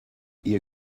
ihr